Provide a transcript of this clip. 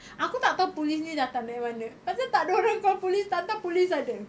aku tak tahu police ni datang dari mana pasal tak ada orang call police entah entah police ada